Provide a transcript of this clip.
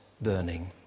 burning